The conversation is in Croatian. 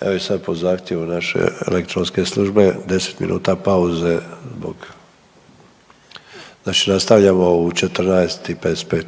Evo i sad po zahtjevu naše elektronske službe, 10 minuta pauze zbog, znači nastavljamo u 14,55.